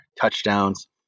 touchdowns